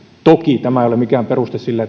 toki tämä ei ole mikään peruste sille